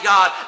God